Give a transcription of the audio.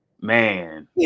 Man